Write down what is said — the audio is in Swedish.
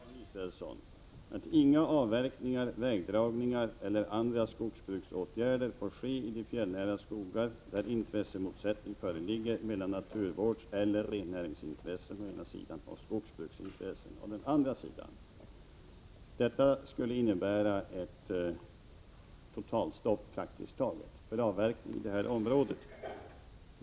Herr talman! I sin motion skrev Karin Israelsson och Martin Olsson att inga avverkningar, vägdragningar eller andra skogsbruksåtgärer får ske i de fjällnära skogar där intressemotsättningar föreligger mellan naturvårdseller rennäringsintressen å ena sidan och skogsbruksintressen å den andra sidan. Detta skulle innebära praktiskt taget ett totalstopp för avverkning i detta område.